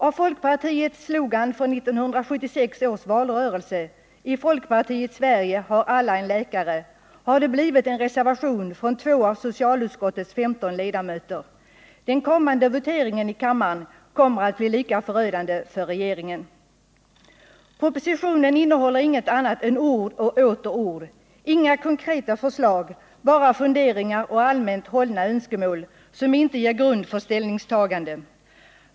Av folkpartiets slogan från 1976 års valrörelse , ”I folkpartiets Sverige har alla en husläkare”, har det blivit en reservation från två av socialutskottets 15 ledamöter. Den kommande voteringen i kammaren kommer att bli lika förödande för regeringen. Propositionen innehåller inget annat än ord och åter ord, inga konkreta förslag, bara funderingar och allmänt hållna önskemål som inte ger grund för ställningstaganden.